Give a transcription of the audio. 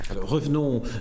Revenons